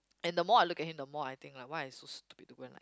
and the more I look at him the more I think like why I so stupid to go and like